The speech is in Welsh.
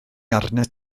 arnat